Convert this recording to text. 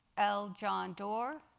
l. john doerr,